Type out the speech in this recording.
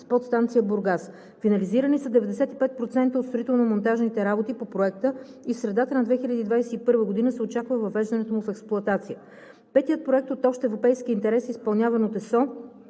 с Подстанция „Бургас“. Финализирани са 95% от строително-монтажните работи по проекта и в средата на 2021 г. се очаква въвеждането му в експлоатация. Петият проект от общ европейски интерес, изпълняван от ЕСО